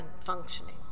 functioning